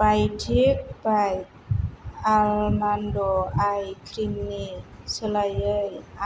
बाय'टिक बाय' almond ice cream नि सोलायै